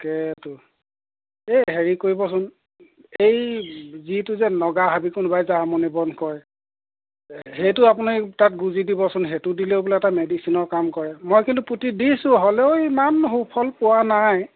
তাকেতো এই হেৰি কৰিবচোন এই যিটো যে নগা হাবি কোনোবাই বন কয় সেইটো আপুনি তাত গুজি দিবচোন সেইটো দিলেও বোলে এটা মেডিচিনৰ কাম কৰে মই কিন্তু পুতি দিছোঁ হ'লেও ইমান সুফল পোৱা নাই